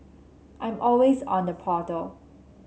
I'm always on the portal